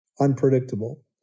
unpredictable